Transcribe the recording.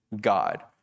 God